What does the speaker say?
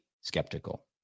skeptical